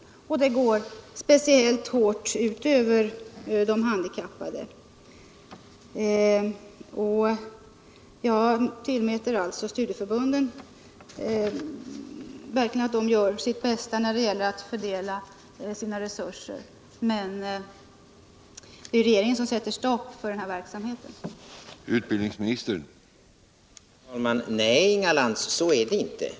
Det går speciellt hårt ut över de handikappade. Jag tror att studieförbunden verkligen gör sitt bästa när det gäller att fördela resurserna. men det är regeringen som sätter stopp för den här verksamheten. Herr talman! Nej, Inga Lantz, så är det inte.